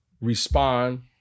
respond